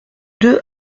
deux